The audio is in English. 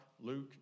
Luke